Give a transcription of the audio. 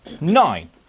nine